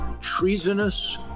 treasonous